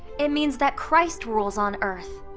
it means that christ rules on earth.